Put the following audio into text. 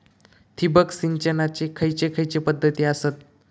ठिबक सिंचनाचे खैयचे खैयचे पध्दती आसत?